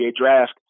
Draft